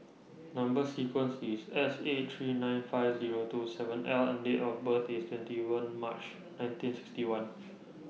Number sequence IS S eight three nine five Zero two seven L and Date of birth IS twenty one March nineteen sixty one